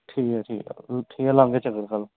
ठीक ऐ ठीक ऐ ठीक ऐ लाह्गे चक्कर फ्ही